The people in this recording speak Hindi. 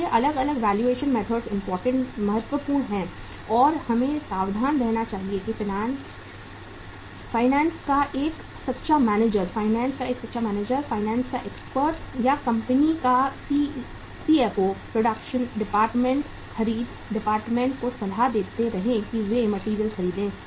इसलिए अलग अलग वैल्यूएशन मेथड्स महत्वपूर्ण हैं और हमें सावधान रहना चाहिए कि फाइनेंस का एक सच्चा मैनेजर फाइनेंस का सच्चा मैनेजर या फाइनेंस का एक्सपर्ट या कंपनी का सीएफओ प्रोडक्शन डिपार्टमेंट खरीद डिपार्टमेंट को सलाह देता रहे कि वे मैटेरियल खरीदें